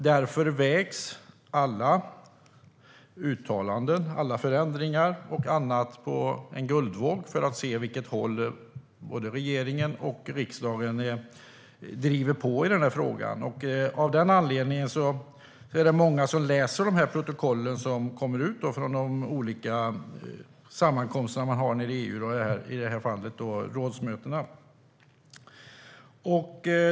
Därför vägs alla uttalanden, förändringar och annat på guldvåg för att se åt vilket håll regeringen och riksdagen driver på i denna fråga. Av den anledningen är det många som läser protokollen från de olika sammankomsterna nere i EU, i det här fallet rådsmötena.